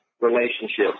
relationships